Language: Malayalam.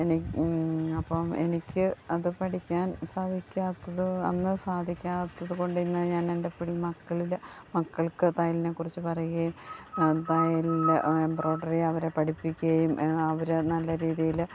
എനി അപ്പം എനിക്ക് അത് പഠിക്കാൻ സാധിക്കാത്തത് അന്ന് സാധിക്കാത്തതു കൊണ്ട് ഇന്ന് ഞാനെൻ്റെ എപ്പോഴും മക്കളിൽ മക്കൾക്ക് തയ്യലിനെക്കുറിച്ച് പറയുകയും തയ്യലിൽ എംബ്രോയിഡറി അവരെ പഠിപ്പിക്കുകയും അവരെ നല്ല രീതിയിൽ